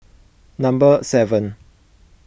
number seven